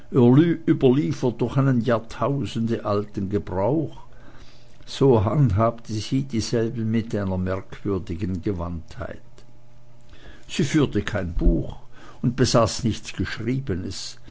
durch einen jahrtausendalten gebrauch so handhabte sie dieselben mit einer merkwürdigen gewandtheit sie führte kein buch und besaß nichts geschriebenes